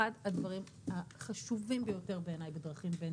אחד הדברים החשובים ביותר בעיניי בדרכים בין